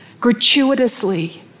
gratuitously